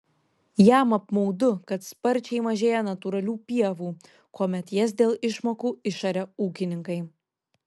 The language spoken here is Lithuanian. jam apmaudu kad sparčiai mažėja natūralių pievų kuomet jas dėl išmokų išaria ūkininkai